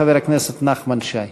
חבר הכנסת נחמן שי.